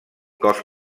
cos